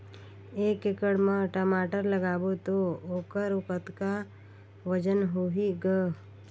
एक एकड़ म टमाटर लगाबो तो ओकर कतका वजन होही ग?